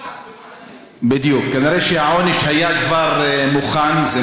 החלטה שאנחנו ידענו עוד